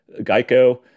geico